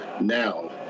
now